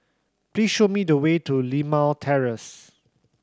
please show me the way to Limau Terrace